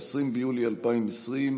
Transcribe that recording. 20 ביולי 2020,